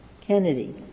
Kennedy